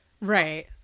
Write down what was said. Right